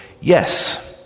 yes